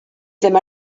ddim